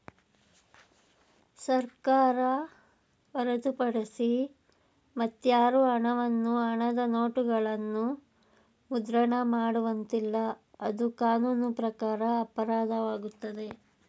ಸರ್ಕಾರ ಹೊರತುಪಡಿಸಿ ಮತ್ಯಾರು ಹಣವನ್ನು ಹಣದ ನೋಟುಗಳನ್ನು ಮುದ್ರಣ ಮಾಡುವಂತಿಲ್ಲ, ಅದು ಕಾನೂನು ಪ್ರಕಾರ ಅಪರಾಧವಾಗುತ್ತದೆ